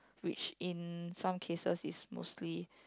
which in some cases is mostly